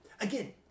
again